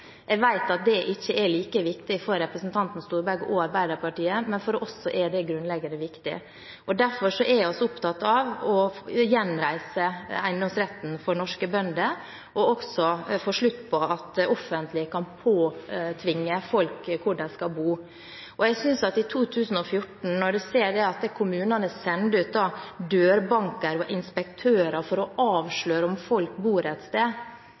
Jeg vet at det ikke er like viktig for representanten Storberget og Arbeiderpartiet, men for oss er det grunnleggende viktig. Derfor er vi opptatt av å gjenreise eiendomsretten for norske bønder og også få slutt på at det offentlige kan påtvinge folk hvor de skal bo. Og når en i 2014 ser at kommunene sender ut dørbankere og inspektører for å avsløre om folk bor et sted,